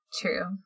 True